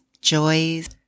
joys